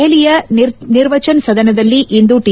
ದೆಹಲಿಯ ನಿರ್ವಚನ ಸದನದಲ್ಲಿಂದು ಟಿ